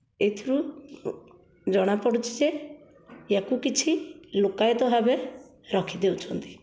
ଏଥିରୁ ଜଣା ପଡ଼ୁଛି ଯେ ୟାକୁ କିଛି ଲୁକାୟିତ ଭାବେ ରଖିଦେଉଛନ୍ତି